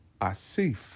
Asif